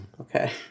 Okay